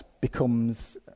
becomes